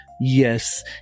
Yes